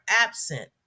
absent